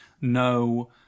no